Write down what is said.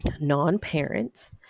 non-parents